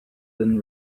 thin